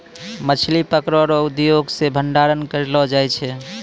मछली पकड़ै रो उद्योग से भंडारण करलो जाय छै